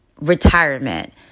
retirement